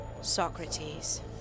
Socrates